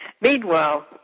Meanwhile